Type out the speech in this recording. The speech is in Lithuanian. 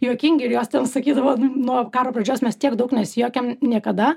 juokingi ir jos ten sakydavo nuo karo pradžios mes tiek daug nesijuokėm niekada